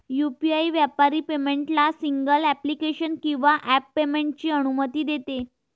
UPI व्यापारी पेमेंटला single application किंवा ॲप पेमेंटची अनुमती देते